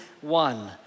One